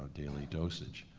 daily dosage.